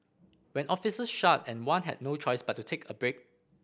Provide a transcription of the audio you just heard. when offices shut and one had no choice but to take a break